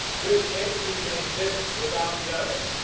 which entity can exist without the other,